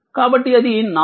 కాబట్టి అది 4t u u